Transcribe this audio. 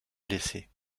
blessés